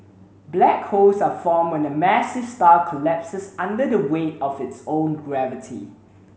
black holes are formed when a massive star collapses under the weight of its own gravity